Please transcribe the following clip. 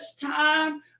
time